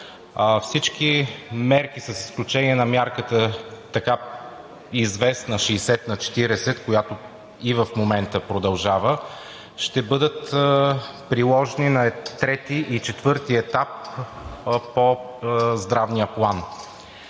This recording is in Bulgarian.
Всички мерки, с изключение на мярката – така известна – 60/40, която и в момента продължава, ще бъдат приложени на трети и четвърти етап по здравния План.